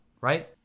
right